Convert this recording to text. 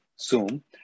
Zoom